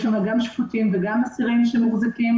יש שם גם שפוטים וגם עצורים שמוחזקים